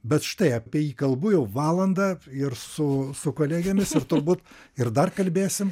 bet štai apie jį kalbu jau valandą ir su su kolegėmis ir turbūt ir dar kalbėsim